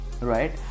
right